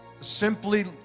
simply